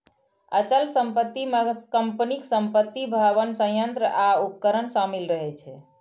अचल संपत्ति मे कंपनीक संपत्ति, भवन, संयंत्र आ उपकरण शामिल रहै छै